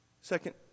Second